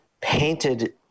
painted